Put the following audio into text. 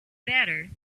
better